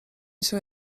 cię